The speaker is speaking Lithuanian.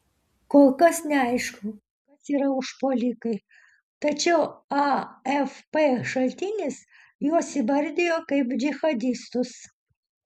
kol kas neaišku kas yra užpuolikai tačiau afp šaltinis juos įvardijo kaip džihadistus